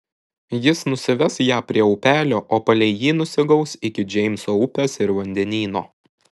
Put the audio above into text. jis nusives ją prie upelio o palei jį nusigaus iki džeimso upės ir vandenyno